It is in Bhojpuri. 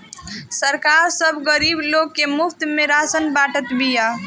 सरकार सब गरीब लोग के मुफ्त में राशन बांटत बिया